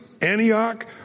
Antioch